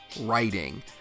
writing